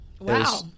wow